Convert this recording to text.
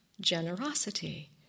generosity